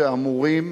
שאמורים